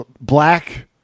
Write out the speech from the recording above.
black